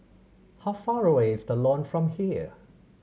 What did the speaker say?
how far away is The Lawn from here